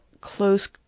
Close